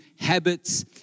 habits